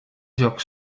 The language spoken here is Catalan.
llocs